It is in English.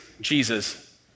Jesus